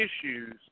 issues